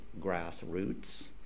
grassroots